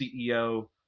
CEO